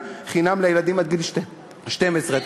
שנכשלתם בפריפריה.